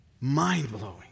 Mind-blowing